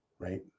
Right